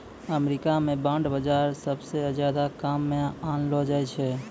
अमरीका म बांड बाजार सबसअ ज्यादा काम म लानलो जाय छै